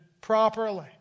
properly